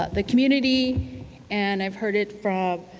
ah the community and i've heard it from